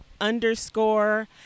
underscore